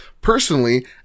Personally